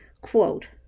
Quote